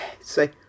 say